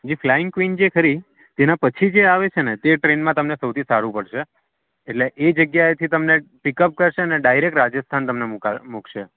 જી flying queen જે ખરી તેના પછી જે આવે છે ને તે ટ્રેનમાં તમને સૌથી સારું પડશે એટલે એ જગ્યાએથી તમને પિકઅપ કરશે અને ડાયરેક રાજસ્થાન તમને મૂકશે